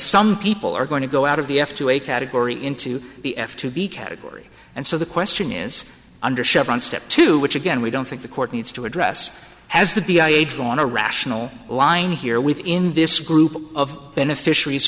some people are going to go out of the f two a category into the f to be category and so the question is under chevron step two which again we don't think the court needs to address has to be a draw on a rational line here within this group of beneficiaries